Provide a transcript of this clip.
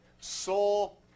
Soul